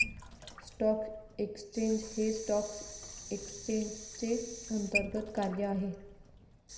stock exchange हे stock एक्सचेंजचे अंतर्गत कार्य आहे